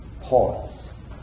pause